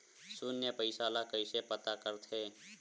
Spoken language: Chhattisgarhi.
शून्य पईसा ला कइसे पता करथे?